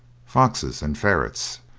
foxes, and ferrets,